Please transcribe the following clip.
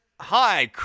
Hi